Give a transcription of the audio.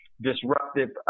disruptive